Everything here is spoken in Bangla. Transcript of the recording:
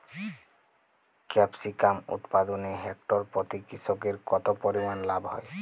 ক্যাপসিকাম উৎপাদনে হেক্টর প্রতি কৃষকের কত পরিমান লাভ হয়?